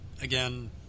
again